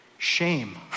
Shame